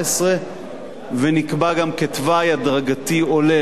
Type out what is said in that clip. ונקבע גם כתוואי הדרגתי עולה להמשך הדרך,